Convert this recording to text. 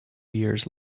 years